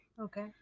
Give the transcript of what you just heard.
Okay